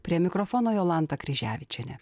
prie mikrofono jolanta kryževičienė